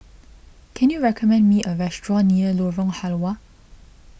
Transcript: can you recommend me a restaurant near Lorong Halwa